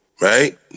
right